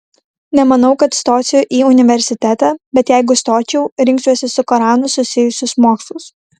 nemanau kad stosiu į universitetą bet jeigu stočiau rinksiuosi su koranu susijusius mokslus